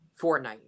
Fortnite